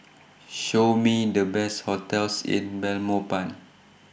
Show Me The Best hotels in Belmopan